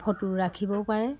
photo ৰাখিবও পাৰে